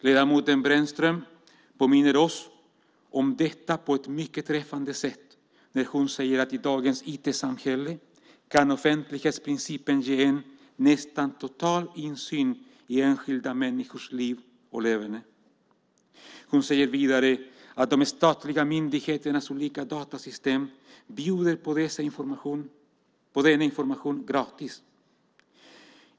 Ledamoten Brännström påminner oss om detta på ett mycket träffande sätt när hon säger att i dagens IT-samhälle kan offentlighetsprincipen ge en "nästan total insyn i enskilda människors liv och leverne". Vidare säger hon att "de statliga myndigheternas olika datasystem bjuder på denna information gratis.